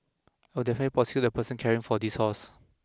I would definitely prosecute the person caring for this horse